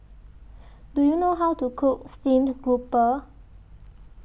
Do YOU know How to Cook Steamed Grouper